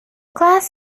class